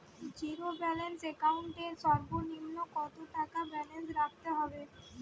Zero balance account এর সর্বনিম্ন কত টাকা ব্যালেন্স রাখতে হবে?